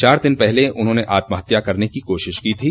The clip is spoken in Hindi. चार दिन पहले उन्होंने आत्महत्या करने की कोशिश की थी